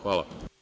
Hvala.